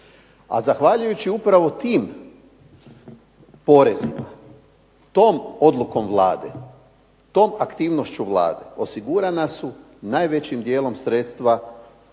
A zahvaljujući upravo tim porezima, tom odlukom Vlade, tom aktivnošću Vlade, osigurana su najvećim dijelom sredstva